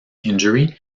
injury